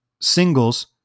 singles